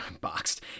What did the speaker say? boxed